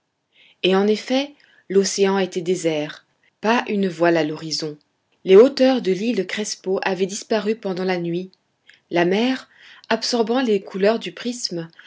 et en effet l'océan était désert pas une voile à l'horizon les hauteurs de l'île crespo avaient disparu pendant la nuit la mer absorbant les couleurs du prisme